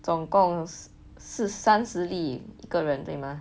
总共是三十粒一个人对吗